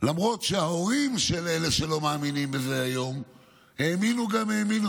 למרות שההורים של אלה שלא מאמינים בזה היום האמינו גם האמינו,